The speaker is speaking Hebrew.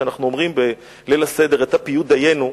כשאנחנו אומרים בליל הסדר את הפיוט "דיינו",